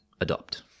adopt